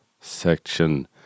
section